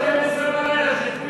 עם ישראל, אז אין שוויון.